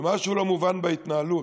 ומשהו לא מובן בהתנהלות: